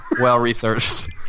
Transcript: well-researched